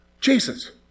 Jesus